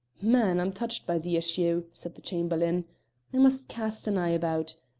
man! i'm touched by the issue, said the chamberlain i must cast an eye about.